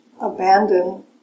abandon